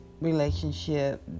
relationship